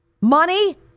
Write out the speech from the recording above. money